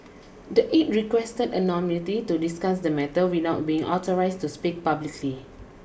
the aide requested anonymity to discuss the matter without being authorised to speak publicly